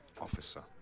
Officer